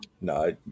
No